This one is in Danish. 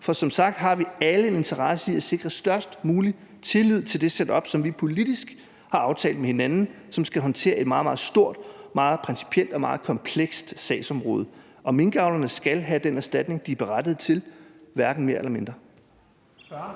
For som sagt har vi alle en interesse i at sikre, at der er den størst mulige tillid til det setup, som vi politisk har aftalt med hinanden, og som skal håndtere et meget, meget stort og meget principielt og meget komplekst sagsområde, og minkavlerne skal have den erstatning, de er berettiget til, hverken mere eller mindre.